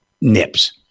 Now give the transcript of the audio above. nips